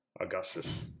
Augustus